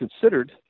considered